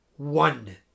One